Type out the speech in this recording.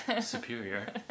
Superior